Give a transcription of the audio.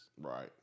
Right